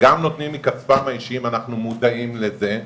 אנחנו מודעים לזה,